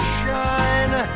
shine